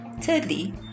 Thirdly